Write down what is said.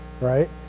right